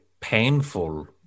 painful